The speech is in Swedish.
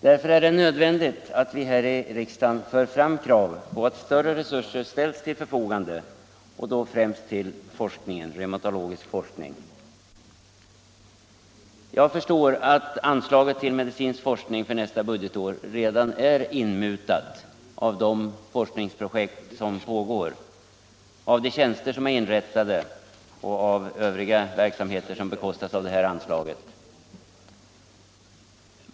Därför är det nödvändigt att vi här i riksdagen för fram krav på att större resurser ställs till förfogande främst för reumatologisk forskning. Jag förstår att anslaget till medicinsk forskning för nästa budgetår redan är inmutat av de forskningsprojekt som pågår, av de tjänster som är inrättade och av de övriga verksamheter som bekostas av det här anslaget.